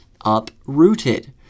uprooted